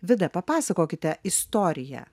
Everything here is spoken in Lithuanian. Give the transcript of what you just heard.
vida papasakokite istoriją